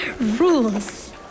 rules